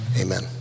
Amen